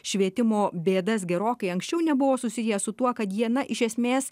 švietimo bėdas gerokai anksčiau nebuvo susijęs su tuo kad jie na iš esmės